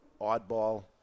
oddball